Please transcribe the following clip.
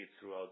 throughout